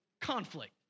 conflict